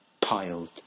piled